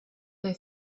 they